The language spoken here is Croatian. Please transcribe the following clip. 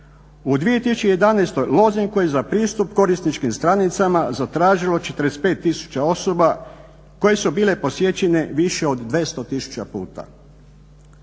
U 2011. lozinku je za pristup korisničkim stranicama zatražilo 45 tisuća osoba koje su bile posjećene više od 200 tisuća puta.